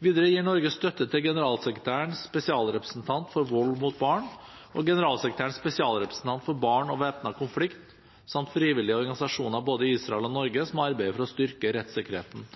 Videre gir Norge støtte til generalsekretærens spesialrepresentant for vold mot barn og generalsekretærens spesialrepresentant for barn og væpnet konflikt samt frivillige organisasjoner både i Israel og i Norge som arbeider for å styrke rettssikkerheten